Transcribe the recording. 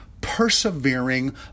persevering